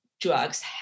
drugs